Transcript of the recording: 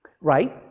Right